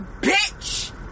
bitch